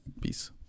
peace